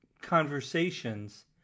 conversations